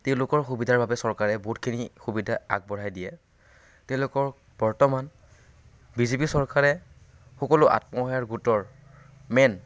তেওঁলোকৰ সুবিধাৰ বাবে চৰকাৰে বহুতখিনি সুবিধা আগবঢ়াই দিয়ে তেওঁলোকক বৰ্তমান বিজেপি চৰকাৰে সকলো আত্মসহায়ক গোটৰ মেইন